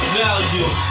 value